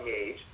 age